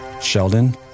Sheldon